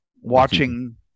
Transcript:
watching